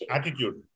Attitude